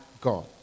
God